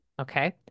okay